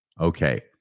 okay